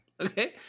okay